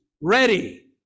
ready